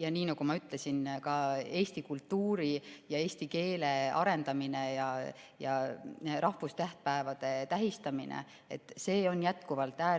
ja nagu ma ütlesin, ka eesti kultuuri ja eesti keele arendamine ja rahvustähtpäevade tähistamine. See on jätkuvalt äärmiselt